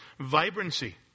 vibrancy